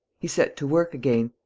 he set to work again.